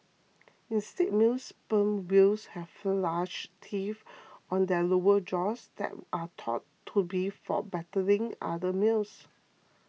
instead male sperm whales have large teeth on their lower jaws that are thought to be for battling other males